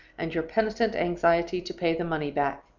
and your penitent anxiety to pay the money back.